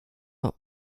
not